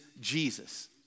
Jesus